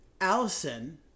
Allison